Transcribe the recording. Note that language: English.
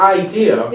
idea